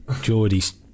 Geordie's